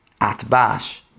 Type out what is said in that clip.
Atbash